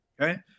okay